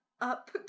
up